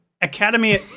academy